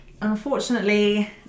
Unfortunately